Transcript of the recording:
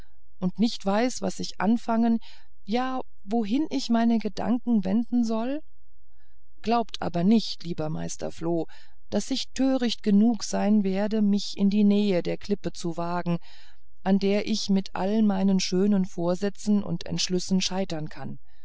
und nicht weiß was ich anfangen ja wohin ich meine gedanken wenden soll glaubt aber nicht lieber meister floh daß ich töricht genug sein werde mich in die nähe der klippe zu wagen an der ich mit all meinen schönen vorsätzen und entschlüssen scheitern kann